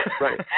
Right